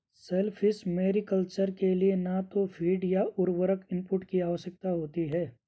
shellfish mariculture के लिए न तो फ़ीड या उर्वरक इनपुट की आवश्यकता होती है